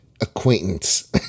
acquaintance